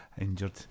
Injured